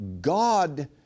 God